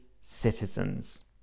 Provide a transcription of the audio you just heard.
citizens